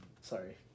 sorry